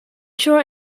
short